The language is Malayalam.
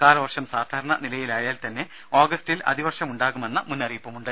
കാലവർഷം സാധാരണ നിലയിലായാൽതന്നെ ആഗസ്റ്റിൽ അതിവർഷം ഉണ്ടാകുമെന്ന മുന്നറിയിപ്പുമുണ്ട്